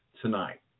tonight